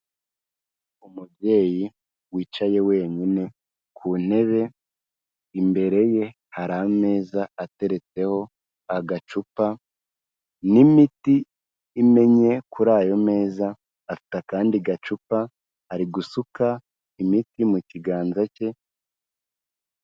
Umubyeyi wicaye wenyine ku ntebe, imbere ye hari ameza ateretseho agacupa n'imiti imennye kuri ayo meza, afite akandi gacupa, ari gusuka imiti mu kiganza cye